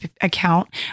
account